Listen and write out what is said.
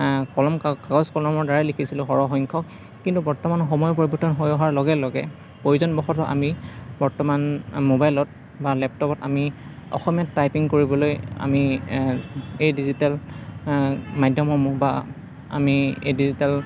কলম কাগজ কলমৰ দ্বাৰাই লিখিছিলোঁ সৰহসংখ্যক কিন্তু বৰ্তমান সময় পৰিৱৰ্তন হৈ অহাৰ লগে লগে প্ৰয়োজনবশতঃ আমি বৰ্তমান মোবাইলত বা লেপটপত আমি অসমীয়াত টাইপিং কৰিবলৈ আমি এই ডিজিটেল মাধ্যমসমূহ বা আমি এই ডিজিটেল